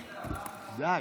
די,